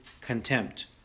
contempt